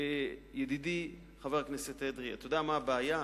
ידידי חבר הכנסת אדרי, אתה יודע מה הבעיה?